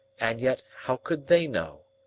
and yet how could they know?